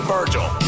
Virgil